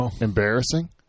embarrassing